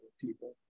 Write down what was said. people